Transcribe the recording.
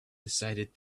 decided